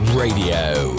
Radio